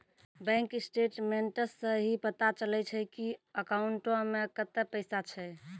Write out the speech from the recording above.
bank statements सं ही पता चलै छै की अकाउंटो मे कतै पैसा छै